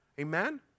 Amen